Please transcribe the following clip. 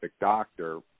doctor